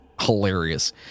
hilarious